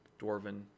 Dwarven